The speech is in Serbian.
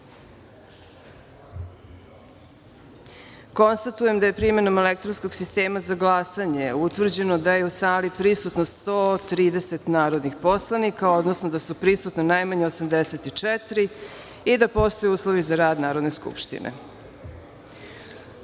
glasanje. Konstatujem da je primenom elektronskog sistema za glasanje utvrđeno da je u sali prisutno 130 narodnih poslanika, odnosno da su prisutna najmanje 84 narodna poslanika i da postoje uslovi za rad Narodne skupštine. Da